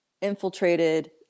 infiltrated